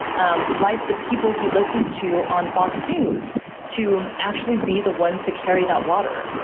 um like the people he listens to on fox news to actually be the ones to carry that water.